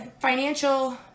financial